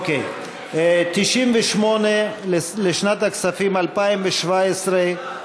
אוקיי, 98 לשנת הכספים 2017,